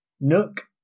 Nook